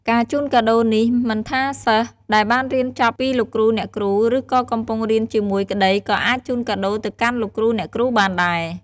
ការជូនកាដូរនេះមិនថាសិស្សដែលបានរៀនចប់ពីលោកគ្រូ អ្នកគ្រូឬក៏កំពុងរៀនជាមួយក្តីក៏អាចជូនកាដូរទៅកាន់លោកគ្រូ អ្នកគ្រូបានដែរ។